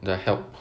the help